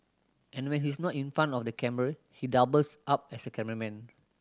and when he's not in front of the camera he doubles up as a cameraman